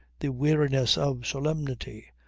the weariness of solemnity.